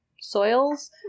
soils